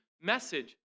message